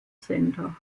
center